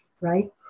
right